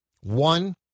One